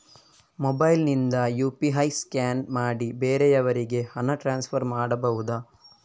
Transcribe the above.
Mobile ನಿಂದ UPI scan ಮಾಡಿ ಬೇರೆಯವರಿಗೆ ಹಣ ಟ್ರಾನ್ಸ್ಫರ್ ಮಾಡಬಹುದ?